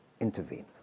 intervene